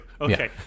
Okay